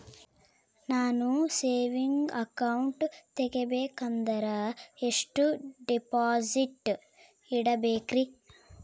ನಾನು saving account ತೆಗಿಬೇಕಂದರ ಎಷ್ಟು ಡಿಪಾಸಿಟ್ ಇಡಬೇಕ್ರಿ?